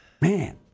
Man